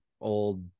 old